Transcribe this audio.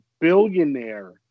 billionaire